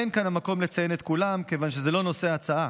אין כאן המקום לציין את כולם כיוון שזה לא נושא ההצעה,